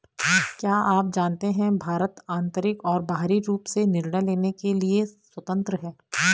क्या आप जानते है भारत आन्तरिक और बाहरी रूप से निर्णय लेने के लिए स्वतन्त्र है?